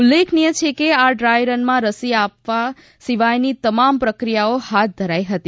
ઉલ્લેખનીય છે કે આ ડ્રાયરનમાં રસી આપવા સિવાયની તમામ પ્રક્રિયાઓ હાથ ધરાઇ હતી